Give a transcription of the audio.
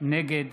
נגד